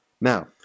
Now